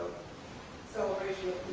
celebration